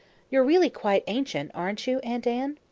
you're really quite ancient aren't you, aunt anne?